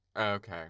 Okay